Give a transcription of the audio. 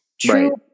true